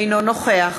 אינו נוכח